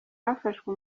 hafashwe